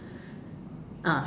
ah